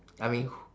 I mean who